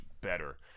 better